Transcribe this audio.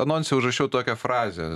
anonse užrašiau tokią frazę